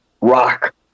rock